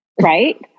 right